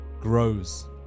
grows